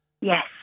yes